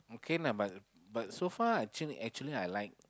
okay lah but but so far I change actually I like